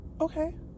Okay